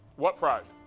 what fries?